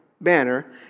banner